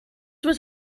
was